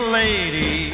lady